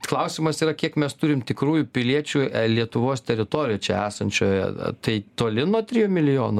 klausimas yra kiek mes turim tikrųjų piliečių lietuvos teritorijoj čia esančioje taip toli nuo trijų milijonų